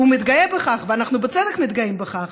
ומתגאה בכך, ואנחנו בצדק מתגאים בכך,